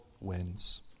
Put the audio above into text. wins